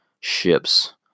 ships